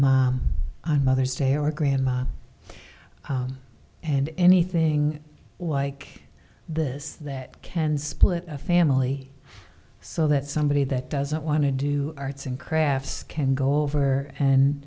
for mother's day or grandma and anything like this that can split a family so that somebody that doesn't want to do arts and crafts can go over and